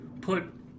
put